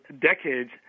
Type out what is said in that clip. decades